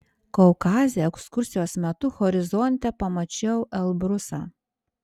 kaukaze ekskursijos metu horizonte pamačiau elbrusą